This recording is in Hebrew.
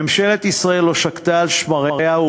ממשלת ישראל לא שקטה על שמריה,